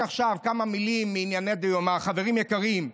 רק כמה מילים בענייני דיומא: חברים יקרים,